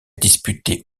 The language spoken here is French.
disputé